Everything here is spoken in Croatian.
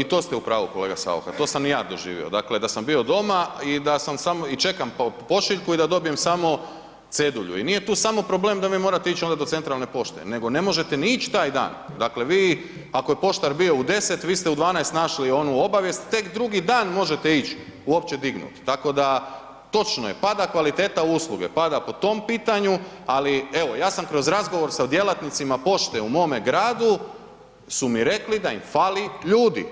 I to ste u pravu kolega Saucha, to sam i ja doživio, dakle da sam bio doma i da sam samo i čekam pošiljku i da dobijem samo cedulju i nije tu samo problem da vi morate ić onda do centralne pošte, nego ne možete ni ić taj dan, dakle vi ako je poštar bio u 10, vi ste u 12 našli onu obavijest, tek drugi dan možete ić uopće dignut, tako da točno je, pada kvaliteta usluge, pada po tom pitanju, ali evo ja sam kroz razgovor sa djelatnicima pošte u mome gradu su mi rekli da im fali ljudi,